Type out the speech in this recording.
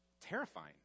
Terrifying